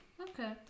Okay